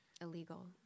Illegal